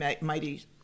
mighty